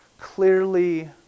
Clearly